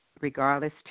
regardless